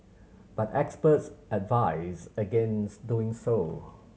but experts advise against doing so